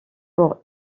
pour